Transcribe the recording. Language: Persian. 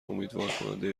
امیدوارکننده